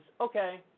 okay